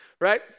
right